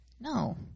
No